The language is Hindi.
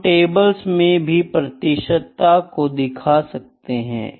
हम टेबल्स में भी प्रतिशतता को दिखा सकते है